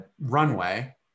runway